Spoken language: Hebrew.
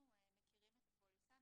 אנחנו מכירים את הפוליסה,